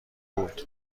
بود